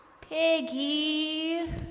Piggy